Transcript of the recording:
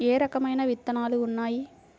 ఏ రకమైన విత్తనాలు ఉన్నాయి?